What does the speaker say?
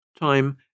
Time